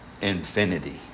infinity